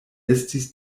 estis